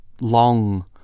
long